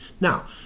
Now